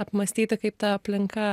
apmąstyti kaip ta aplinka